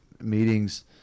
meetings